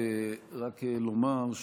רק לומר,